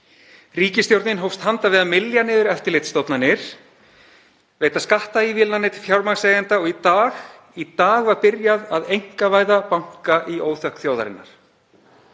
Ríkisstjórnin hófst handa við að mylja niður eftirlitsstofnanir, veita skattaívilnanir til fjármagnseigenda og í dag var byrjað að einkavæða banka í óþökk þjóðarinnar.